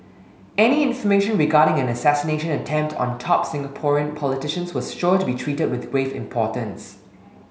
any information regarding an assassination attempt on top Singapore politicians was sure to be treated with grave importance